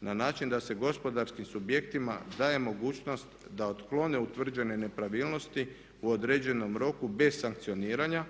na način da se gospodarskim subjektima daje mogućnost da otklone utvrđene nepravilnosti u određenom roku bez sankcioniranja